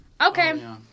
Okay